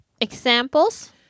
examples